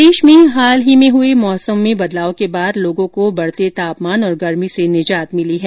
प्रदेश में हाल ही में हुए मौसम में बदलाव के बाद लोगों को बढ़ते तापमान और गर्मी से निजात मिली है